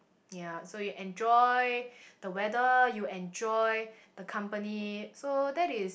ya so you enjoy the weather you enjoy the company so that is